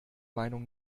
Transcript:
meinung